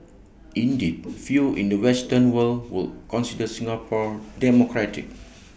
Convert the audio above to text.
indeed few in the western world would consider Singapore democratic